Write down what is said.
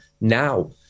now